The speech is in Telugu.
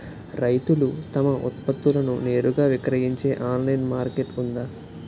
రైతులు తమ ఉత్పత్తులను నేరుగా విక్రయించే ఆన్లైన్ మార్కెట్ ఉందా?